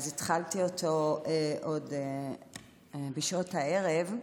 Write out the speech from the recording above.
התחלתי אותו עוד בשעות הערב,